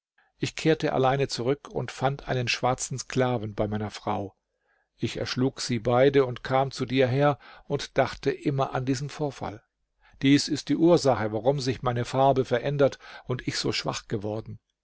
ich kehrte allein zurück und fand einen schwarzen sklaven bei meiner frau ich erschlug sie beide und kam zu dir her und dachte immer an diesen vorfall dies ist die ursache warum sich meine farbe verändert und ich so schwach geworden